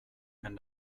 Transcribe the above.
men